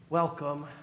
Welcome